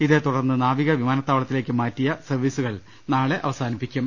ഇതേതുടർന്ന് നാവിക വിമാനത്താവളത്തിലേക്ക് മാറ്റിയ സർവീസുകൾ നാളെ അവസാനിപ്പിക്കും